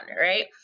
right